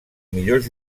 millors